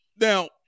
now